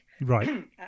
Right